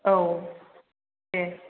औ दे